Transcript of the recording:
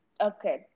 okay